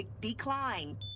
decline